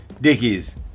Dickies